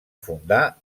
fundar